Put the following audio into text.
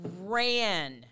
ran